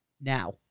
now